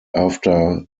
after